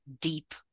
deep